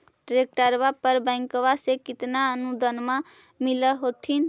ट्रैक्टरबा पर बैंकबा से कितना अनुदन्मा मिल होत्थिन?